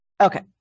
okay